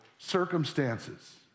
Circumstances